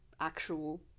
actual